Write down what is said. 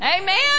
Amen